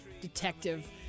detective